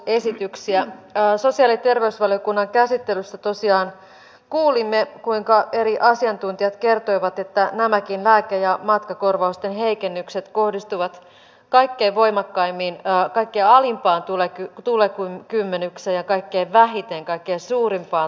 sosiaali ja terveysvaliokunnan käsittelyssä tosiaan kuulimme kuinka eri asiantuntijat kertoivat että nämäkin lääke ja matkakorvausten heikennykset kohdistuvat kaikkein voimakkaimmin kaikkein alimpaan tulokymmenykseen ja kaikkein vähiten kaikkein suurimpaan tulokymmenykseen